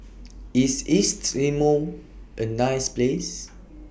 IS East Timor A nice Place